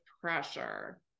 pressure